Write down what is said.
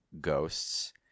ghosts